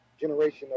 generation